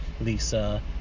lisa